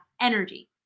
energy